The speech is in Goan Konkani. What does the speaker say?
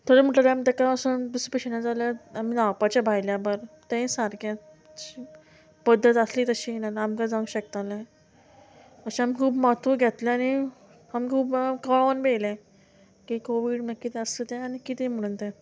थोडे म्हणटाली आमी ताका वोसोन दुसपेशन जाल्यार आमी न्हांवपाचे भायल्या भायर तेयी सारकेंत पद्दत आसली तशी ना आमकां जावंक शकतालें अशें आमी खूब म्हत्व घेतलें आनी आमी खूब कळोन बी येयलें की कोवीड म्हळ्या कितें आसता तें आनी कितें म्हणून तें